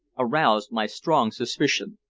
aroused my strong suspicion.